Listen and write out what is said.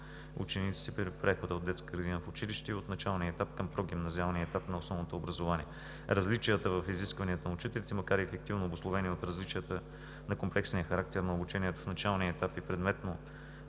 учениците при прехода от детска градина в училище и от началния етап към прогимназиалния етап на основното образование. Различията в изискванията на учителите, макар и ефективно обусловени от различията на комплексния характер на обучението в началния етап и предметно